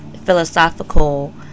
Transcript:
philosophical